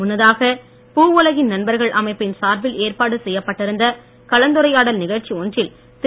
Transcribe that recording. முன்னதாக பூவுலகின் நண்பர்கள் அமைப்பின் சார்பில் ஏற்பாடு செய்யப்பட்டிருந்த கலந்துரையாடல் நிகழ்ச்சி ஒன்றில் திரு